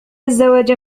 الزواج